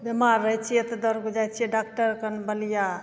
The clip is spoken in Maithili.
बेमार रहै छिए तऽ दौड़िके जाइ छिए डॉकटर कन बलिया